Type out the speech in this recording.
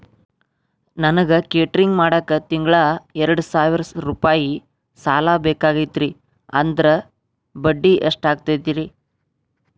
ನನಗ ಕೇಟರಿಂಗ್ ಮಾಡಾಕ್ ತಿಂಗಳಾ ಎರಡು ಸಾವಿರ ರೂಪಾಯಿ ಸಾಲ ಬೇಕಾಗೈತರಿ ಅದರ ಬಡ್ಡಿ ಎಷ್ಟ ಆಗತೈತ್ರಿ?